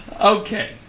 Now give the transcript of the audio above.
Okay